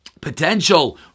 potential